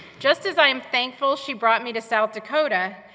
just as i am thankful she brought me to south dakota,